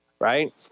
Right